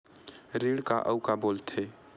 ऋण का अउ का बोल थे?